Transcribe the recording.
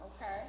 Okay